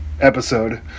episode